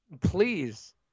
please